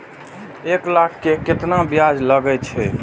एक लाख के केतना ब्याज लगे छै?